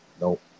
Nope